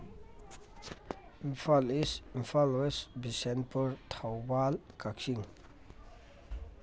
Imphal east Imphal west Bishnupur ꯊꯧꯕꯥꯜ ꯀꯛꯆꯤꯡ